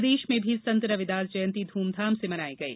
प्रदेश में भी संत रविदास जयंती ध्रमधाम से मनायी गयी